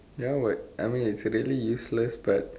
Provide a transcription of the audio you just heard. ya what I mean it's really useless but